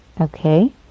Okay